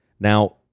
Now